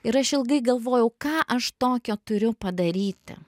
ir aš ilgai galvojau ką aš tokio turiu padaryti